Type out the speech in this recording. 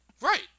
Right